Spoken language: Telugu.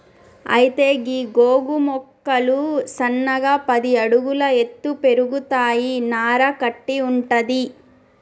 అయితే గీ గోగు మొక్కలు సన్నగా పది అడుగుల ఎత్తు పెరుగుతాయి నార కట్టి వుంటది